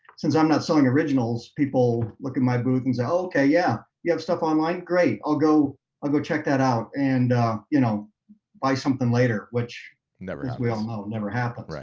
since i'm not sewing originals, people look at my booth and say, okay, yeah. you have stuff online? great! i'll go ah go check that out and you know buy something later which never happens. as we all know, never happens. right.